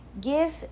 give